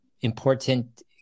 important